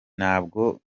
ntabwo